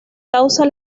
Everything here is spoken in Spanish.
causa